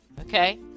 Okay